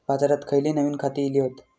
बाजारात खयली नवीन खता इली हत?